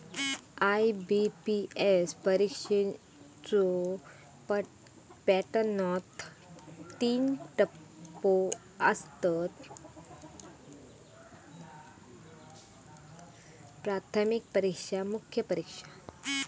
IBPS परीक्षेच्यो पॅटर्नात तीन टप्पो आसत, प्राथमिक परीक्षा, मुख्य परीक्षा